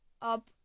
up